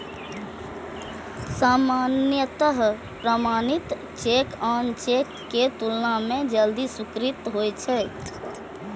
सामान्यतः प्रमाणित चेक आन चेक के तुलना मे जल्दी स्वीकृत होइ छै